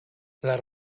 les